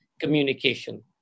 Communication